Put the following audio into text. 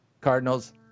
Cardinals